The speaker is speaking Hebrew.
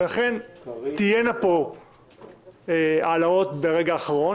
לכן תהיינה פה העלאות ברגע האחרון.